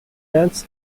dance